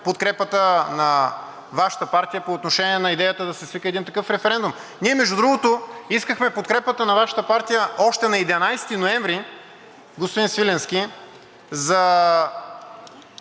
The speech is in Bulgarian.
подкрепата на Вашата партия по отношение на идеята да се свика един такъв референдум. Ние, между другото, искахме подкрепата на Вашата партия още на 11 ноември, господин Свиленски, за